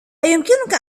أيمكنك